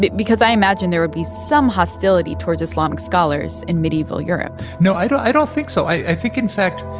but because i imagine there would be some hostility towards islamic scholars in medieval europe no, i don't i don't think so. i think, in fact,